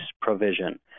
provision